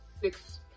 six